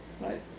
Right